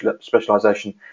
specialization